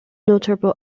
notable